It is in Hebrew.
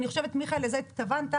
מיכאל, אני חושבת שלזה התכוונת.